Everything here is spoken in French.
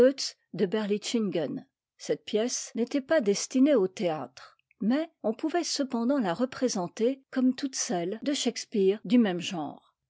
de berlichingen cette pièce n'était pas destinée au théâtre mais on pouvait cependant la représenter comme toutes celles de shahspeare du même genre